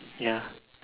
ya